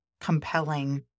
compelling